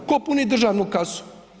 Tko puni državnu kasu?